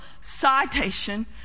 citation